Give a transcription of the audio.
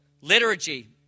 liturgy